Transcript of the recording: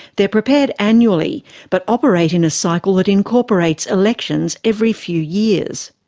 they are prepared annually but operate in a cycle that incorporates elections every few years.